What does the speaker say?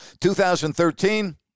2013